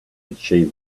achieve